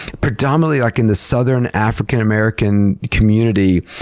predominantly, like, in the southern african-american community,